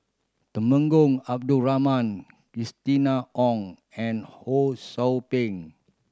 Temenggong Abdul Rahman Christina Ong and Ho Sou Ping